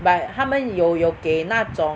but 他们有有给那种